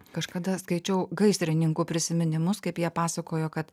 kažkada skaičiau gaisrininkų prisiminimus kaip jie pasakojo kad